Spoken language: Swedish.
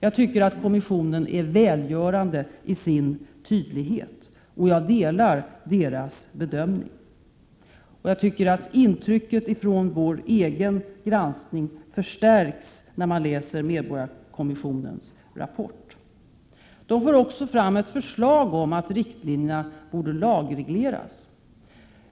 Jag tycker att kommissionen är välgörande i sin tydlighet, och jag delar kommissionens bedömning. Intrycket från vår egen granskning förstärks när man läser medborgarkommissionens rapport. Kommissionen för också fram ett förslag om att riktlinjerna borde lagregleras.